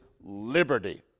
liberty